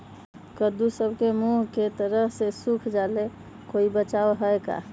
कददु सब के मुँह के तरह से सुख जाले कोई बचाव है का?